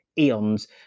eons